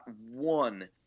one